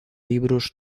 libros